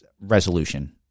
resolution